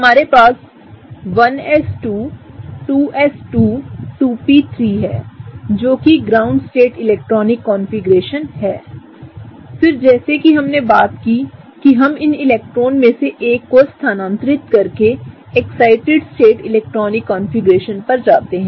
हमारे पास 1s2 2s2 2p3 है जो कि ग्राउंड स्टेट इलेक्ट्रॉनिक कॉन्फ़िगरेशन हैफिर जैसे कि हमने बात की हम इन इलेक्ट्रॉनों में से एक को स्थानांतरित करके एक्साइटिड स्टेट इलेक्ट्रॉनिक कॉन्फ़िगरेशन पर जाते हैं